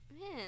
Man